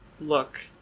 look